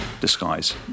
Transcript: disguise